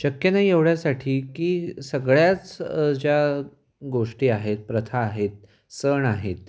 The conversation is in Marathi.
शक्य नाही एवढ्यासाठी की सगळ्याच ज्या गोष्टी आहेत प्रथा आहेत सण आहेत